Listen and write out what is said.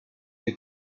del